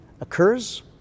occurs